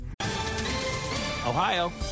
Ohio